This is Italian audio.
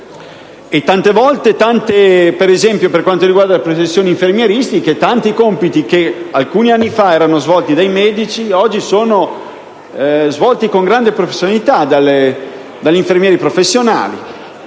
è cresciuta: ad esempio, per quanto riguarda le professioni infermieristiche, tanti compiti che alcuni anni fa erano svolti dai medici oggi sono svolti, con grande professionalità, dagli infermieri professionali.